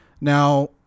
Now